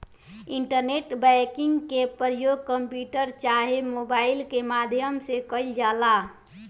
internet banking के परयोग computer चाहे मोबाइल के माध्यम से कईल जाला